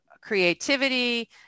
creativity